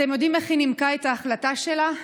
אתם יודעים איך היא נימקה את ההחלטה שלה?